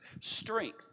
strength